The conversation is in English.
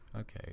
okay